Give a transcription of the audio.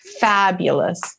fabulous